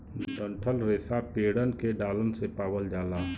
डंठल रेसा पेड़न के डालन से पावल जाला